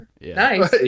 Nice